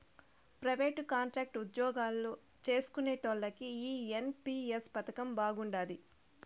private, contract ఉజ్జోగాలు చేస్కునేటోల్లకి ఈ ఎన్.పి.ఎస్ పదకం బాగుండాది